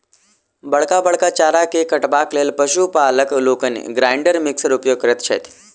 बड़का बड़का चारा के काटबाक लेल पशु पालक लोकनि ग्राइंडर मिक्सरक उपयोग करैत छथि